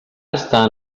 estan